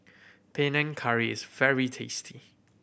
Panang Curry is very tasty